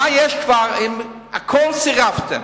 מה יש כבר אם הכול סירבתם?